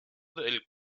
del